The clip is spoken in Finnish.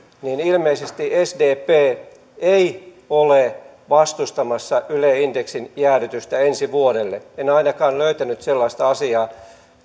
niin ilmeisesti sdp ei ole vastustamassa yle indeksin jäädytystä ensi vuodelle en ainakaan löytänyt sellaista asiaa